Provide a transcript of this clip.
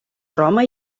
roma